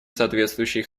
соответствующие